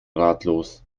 ratlos